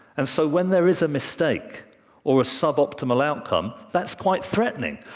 and so when there is a mistake or a sub-optimal outcome, that's quite threatening.